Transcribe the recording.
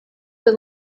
been